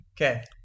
okay